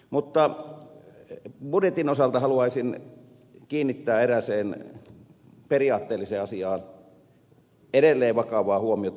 mutta budjetin osalta haluaisin kiinnittää erääseen periaatteelliseen asiaan edelleen vakavaa huomiota